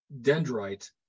dendrite